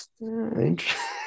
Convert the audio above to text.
interesting